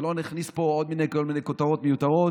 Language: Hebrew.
ולא נכניס פה עוד כל מיני כותרות מיותרות,